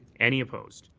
any opposed?